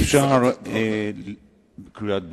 אפשר לקרוא קריאת ביניים,